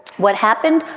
what happened?